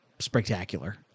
Spectacular